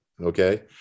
okay